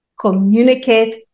Communicate